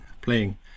playing